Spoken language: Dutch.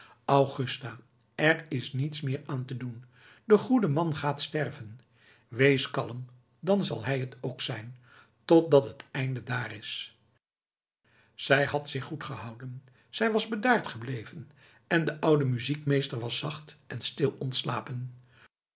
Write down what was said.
augusta er is niets meer aan te doen de goede man gaat sterven wees kalm dan zal hij t ook zijn totdat het einde daar is zij had zich goed gehouden zij was bedaard gebleven en de oude muziekmeester was zacht en stil ontslapen